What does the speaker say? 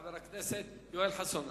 חבר הכנסת יואל חסון.